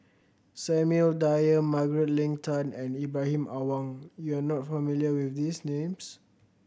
Samuel Dyer Margaret Leng Tan and Ibrahim Awang you are not familiar with these names